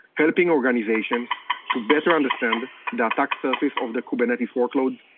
helping organizations to better understand the attack surface of the kubernetes workloads,